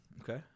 Okay